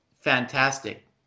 fantastic